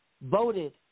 voted